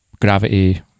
Gravity